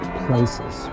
places